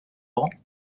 laurent